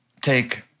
take